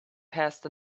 past